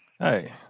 Hey